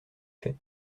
fait